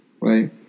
right